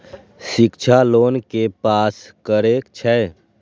शिक्षा लोन के पास करें छै?